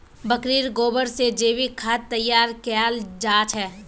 बकरीर गोबर से जैविक खाद तैयार कियाल जा छे